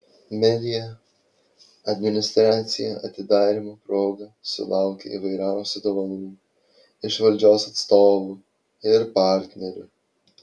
media administracija atidarymo proga sulaukė įvairiausių dovanų iš valdžios atstovų ir partnerių